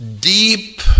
deep